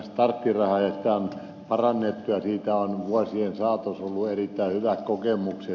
sitä on parannettu ja siitä on vuosien saatossa ollut erittäin hyvät kokemukset